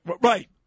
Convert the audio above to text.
Right